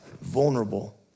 vulnerable